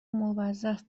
موظف